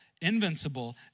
invincible